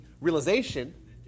realization